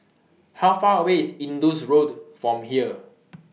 How Far away IS Indus Road from here